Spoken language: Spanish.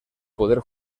poder